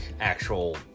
actual